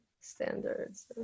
standards